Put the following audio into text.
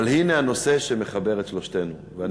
אבל הנה הנושא שמחבר את שלושתנו.